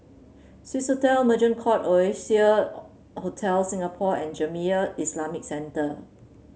Swissotel Merchant Court Oasia Hotel Singapore and Jamiyah Islamic Centre